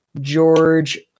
George